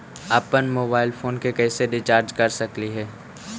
अप्पन mobile phone के कैसे रिचार्ज कर सकली हे?